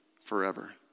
forever